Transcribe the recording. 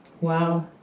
Wow